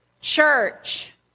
Church